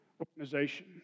organization